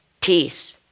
peace